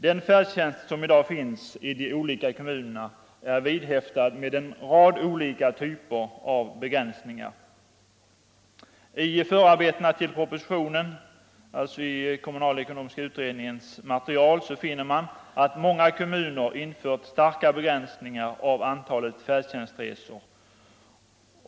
Den färdtjänst som i dag finns i de olika kommunerna är behäftad med en rad olika typer av begränsningar. I förarbetena till propositionen, alltså i kommunalekonomiska utredningens material, finner man att många kommuner infört starka begränsningar av antalet färdtjänstresor.